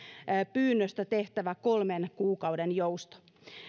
pyynnöstä tehtävä kolmen kuukauden jousto